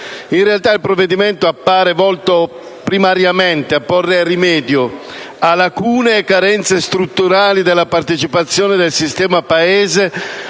In realtà, il provvedimento appare volto primariamente a porre rimedio a lacune e carenze strutturali della partecipazione del sistema Paese